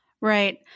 Right